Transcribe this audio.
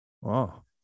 Wow